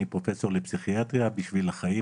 אני פרופסור לפסיכיאטריה ב'שביל החיים',